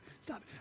stop